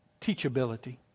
teachability